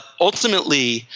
ultimately